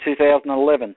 2011